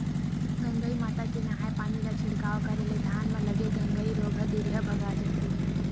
गंगई माता के नंहाय पानी ला छिड़काव करे ले धान म लगे गंगई रोग ह दूरिहा भगा जथे